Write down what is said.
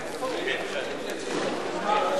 נתקבלה.